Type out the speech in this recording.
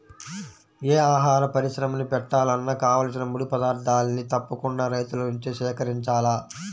యే ఆహార పరిశ్రమని బెట్టాలన్నా కావాల్సిన ముడి పదార్థాల్ని తప్పకుండా రైతుల నుంచే సేకరించాల